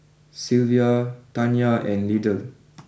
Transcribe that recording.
Sylvia Tanya and Lydell